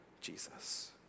Jesus